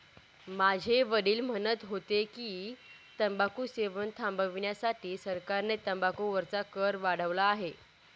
माझे वडील म्हणत होते की, तंबाखू सेवन थांबविण्यासाठी सरकारने तंबाखू वरचा कर वाढवला आहे